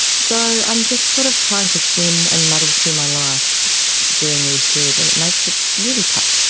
so i'm just sort of trying to swim and muddle through my life during these periods, and it makes it really tough.